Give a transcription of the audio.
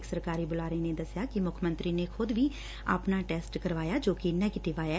ਇਕ ਸਰਕਾਰੀ ਬੁਲਾਰੇ ਨੇ ਕਿੰਹਾ ਕਿ ਮੁੱਖ ਮੰਤਰੀ ਨੇ ਖੁਦ ਵੀ ਆਪਣਾ ਟੈਸਟ ਕਰਵਾਇਆ ਜੋ ਕਿ ਨੇਗੈਟਿਵ ਆਇਐ